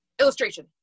illustration